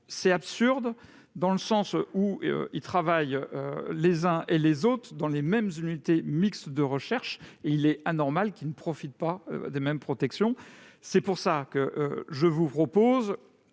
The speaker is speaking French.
est absurde dans le sens où ces professionnels travaillent les uns et les autres dans les mêmes unités mixtes de recherche. Il est anormal qu'ils ne disposent pas des mêmes garanties. C'est pourquoi je vous propose